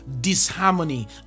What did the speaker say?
disharmony